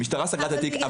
המשטרה סגרה את התיק.